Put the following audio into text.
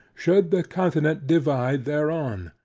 should the continent divide thereon.